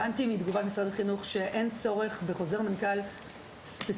הבנתי מתגובת משרד החינוך שאין צורך בחוזר מנכ"ל ספציפי,